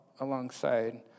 alongside